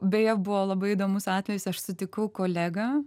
beje buvo labai įdomus atvejis aš sutikau kolegą